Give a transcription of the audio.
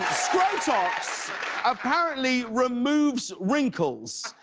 scrotox apparently removes wrinkles